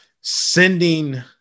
sending